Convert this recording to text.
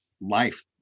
life